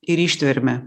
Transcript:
ir ištverme